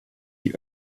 die